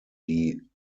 die